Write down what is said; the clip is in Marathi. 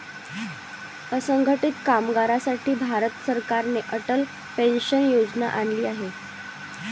असंघटित कामगारांसाठी भारत सरकारने अटल पेन्शन योजना आणली आहे